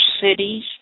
cities